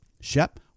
Shep